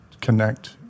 connect